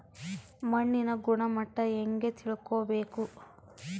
ಮಣ್ಣಿನ ಗುಣಮಟ್ಟ ಹೆಂಗೆ ತಿಳ್ಕೊಬೇಕು?